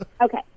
Okay